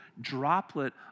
droplet